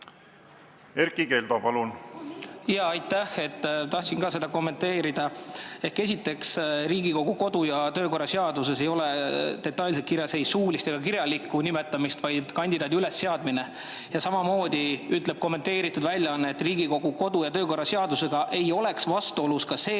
Erkki Keldo, palun! Aitäh! Tahtsin ka seda kommenteerida. Esiteks, Riigikogu kodu- ja töökorra seaduses ei ole detailselt kirjas ei suulist ega kirjalikku nimetamist, vaid on kandidaadi ülesseadmine. Ja samamoodi ütleb kommenteeritud väljaanne, et Riigikogu kodu- ja töökorra seadusega ei oleks vastuolus ka see,